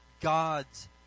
God's